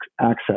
access